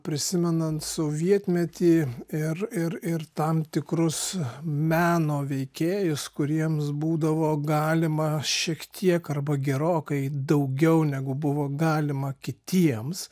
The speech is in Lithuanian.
prisimenant sovietmetį ir ir ir tam tikrus meno veikėjus kuriems būdavo galima šiek tiek arba gerokai daugiau negu buvo galima kitiems